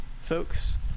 folks